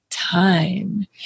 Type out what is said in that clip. Time